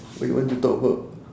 what you want to talk about